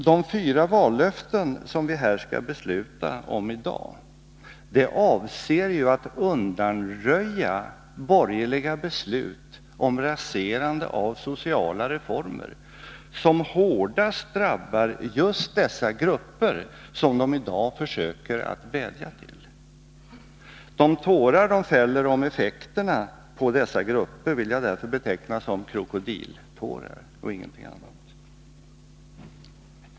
De fyra vallöften som vi skall besluta om här i dag avser att undanröja de borgerliga besluten om raserande av sociala reformer som hårdast drabbar just de grupper som de i dag försöker vädja till. De tårar som de fäller om effekterna för dessa grupper vill jag därför beteckna som krokodiltårar och ingenting annat.